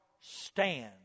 stand